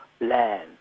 land